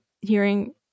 hearing